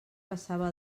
passava